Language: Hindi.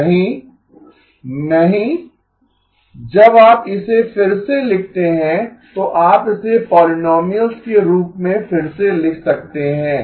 नहीं नहीं जब आप इसे फिर से लिखते हैं तो आप इसे पोलीनोमीअल्स के रूप में फिर से लिख सकते हैं